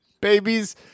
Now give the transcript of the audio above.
Babies